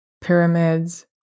pyramids